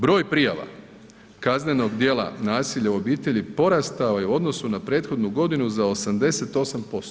Broj prijava kaznenog djela nasilja u obitelji porastao je u odnosu na prethodnu godinu za 88%